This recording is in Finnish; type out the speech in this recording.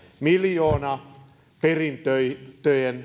miljoonaperintöjen